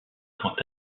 quant